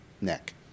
neck